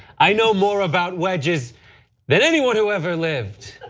i know more about wedges than anyone who ever lived.